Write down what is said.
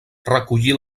recollir